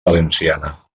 valenciana